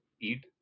eat